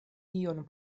ion